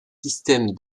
système